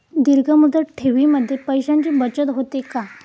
दीर्घ मुदत ठेवीमध्ये पैशांची बचत होते का?